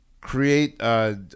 create